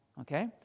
okay